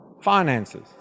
finances